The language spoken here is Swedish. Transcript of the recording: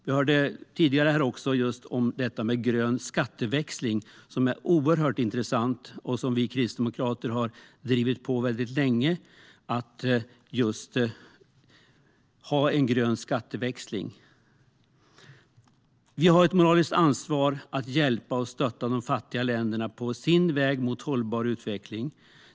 Vi hörde tidigare om detta med grön skatteväxling, som är oerhört intressant och som vi kristdemokrater har drivit på för väldigt länge. Vi har ett moraliskt ansvar att hjälpa och stötta de fattiga länderna på deras väg mot en hållbar utveckling.